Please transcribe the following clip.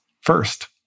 First